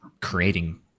creating